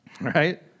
Right